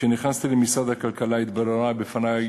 כשנכנסתי למשרד הכלכלה התבררה בפני,